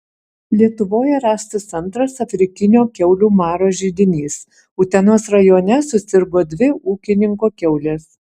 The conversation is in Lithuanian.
lietuvoje rastas antras afrikinio kiaulių maro židinys utenos rajone susirgo dvi ūkininko kiaulės